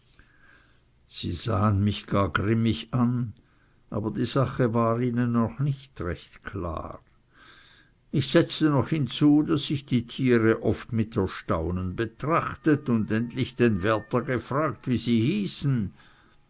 sie sahen mich gar grimmig an aber die sache war ihnen noch nicht recht klar ich setzte noch hinzu daß ich die tiere oft mit erstaunen betrachtet und endlich den wärter gefragt wie sie hießen